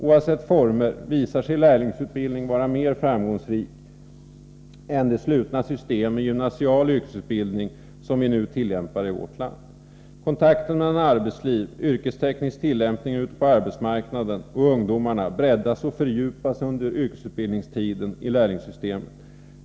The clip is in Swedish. Oavsett formerna visar sig lärlingsutbildningen vara mer framgångsrik än det slutna system med gymnasial yrkesutbildning som vi nu tillämpar i vårt land. Kontakten mellan arbetsliv, dem som sysslar med yrkesteknisk tillämpning ute på arbetsmarknaden och ungdomarna breddas och fördjupas under yrkesutbildningstiden i lärlingssystemet.